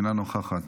אינה נוכחת.